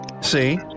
See